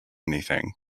anything